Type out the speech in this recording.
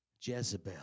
Jezebel